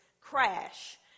crash